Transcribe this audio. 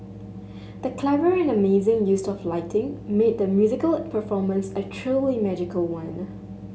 the clever and amazing use of lighting made the musical performance a truly magical one